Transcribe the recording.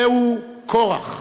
זהו כורח.